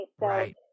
right